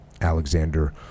Alexander